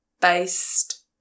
based